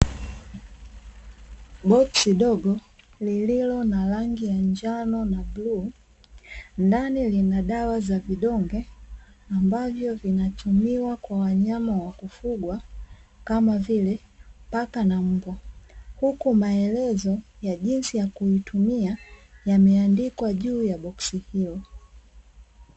Boksi dogo lililo na rangi ya njano na bluu, ndani linadawa za vidonge ambavyo vinatumiwa kwa wanyama wa kufugwa kama vile paka na mbwa. Huku maelezo jinsi ya kutumia yameandikwa juu ya boksi hilo.